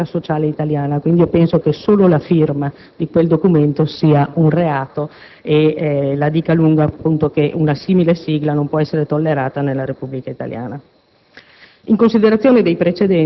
«Continuità ideale con la Repubblica sociale italiana». Penso che solo la firma di quel documento sia un reato e che una simile sigla non possa essere tollerata nella Repubblica italiana.